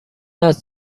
است